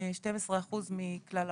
12% מכלל האוכלוסייה.